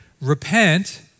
repent